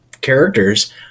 characters